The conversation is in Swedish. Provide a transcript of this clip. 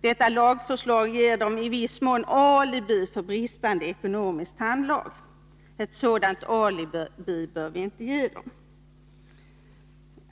Detta lagförslag ger dem i viss mån alibi för bristande ekonomiskt handlag. Ett sådant alibi bör vi inte ge dem.